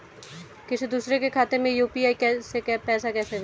किसी दूसरे के खाते में यू.पी.आई से पैसा कैसे भेजें?